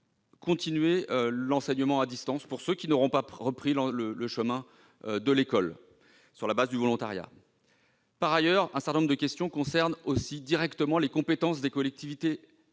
d'un enseignement à distance pour ceux qui n'auront pas repris le chemin de l'école sur la base du volontariat ? Par ailleurs, il demeure des questions qui concernent directement les compétences des collectivités